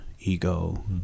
ego